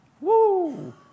Woo